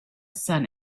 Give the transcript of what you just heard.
sun